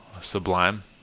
Sublime